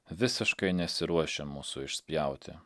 visiškai nesiruošia mūsų išspjauti